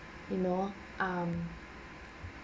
you know um